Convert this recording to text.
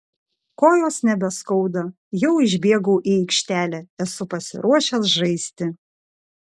kojos nebeskauda jau išbėgau į aikštelę esu pasiruošęs žaisti